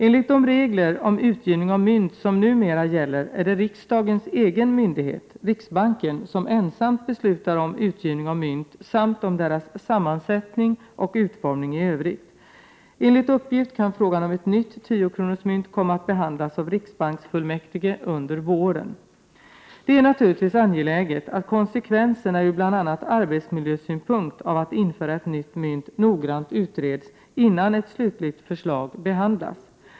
Enligt de regler om utgivning av mynt som numera gäller är det riksdagens egen myndighet, riksbanken, som ensamt beslutar om utgivning av mynt samt om deras sammansättning och utformning i övrigt. Enligt uppgift kan frågan om ett nytt 10-kronorsmynt komma att behandlas av riksbanksfullmäktige under våren. Det är naturligtvis angeläget att konsekvenserna ur bl.a. arbetsmiljösynpunkt av att införa ett nytt mynt noggrant utreds innan ett slutligt förslag behandlas.